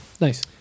nice